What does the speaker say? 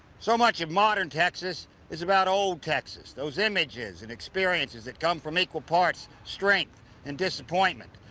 so much of modern texas is about old texas. those images and experiences that come from equal parts strength and disappointment.